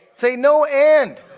say, no end.